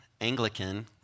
Anglican